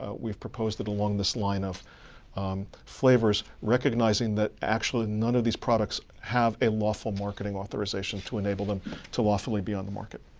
ah we've proposed that along this line of flavors, recognizing that actually none of these products have a lawful marketing authorization to enable them to lawfully be on the market.